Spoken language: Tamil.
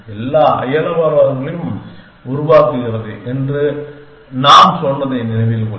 எல்லா அயலவர்களையும் உருவாக்குகிறது என்று நம் சொன்னதை நினைவில் கொள்க